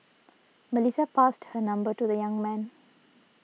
Melissa passed her number to the young man